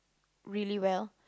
really well